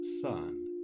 Son